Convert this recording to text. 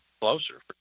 closer